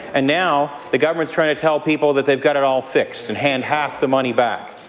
and now the government is trying to tell people that they have got it all fixed and hand half the money back.